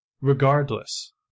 regardless